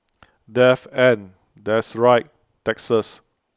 death and that's right taxes